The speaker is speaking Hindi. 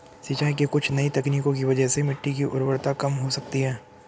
सिंचाई की कुछ नई तकनीकों की वजह से मिट्टी की उर्वरता कम हो सकती है